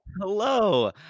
Hello